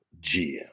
GM